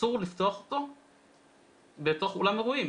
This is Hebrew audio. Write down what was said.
אסור לפתוח אותו באולם אירועים.